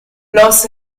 los